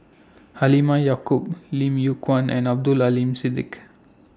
Halimah Yacob Lim Yew Kuan and Abdul Aleem Siddique